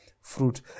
fruit